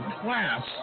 class